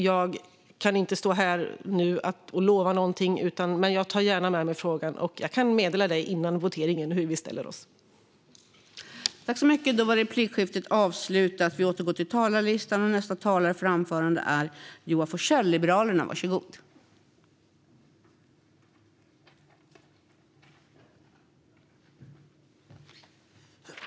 Jag kan inte stå här och lova någonting nu, men jag tar gärna med mig frågan och kan meddela innan voteringen hur vi ställer oss till den.